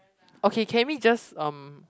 okay can we just um